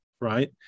right